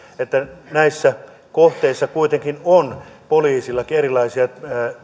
että näissä kohteissa kuitenkin on poliisillakin erilaisia